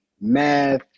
math